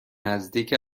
نزدیک